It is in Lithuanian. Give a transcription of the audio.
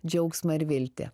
džiaugsmą ir viltį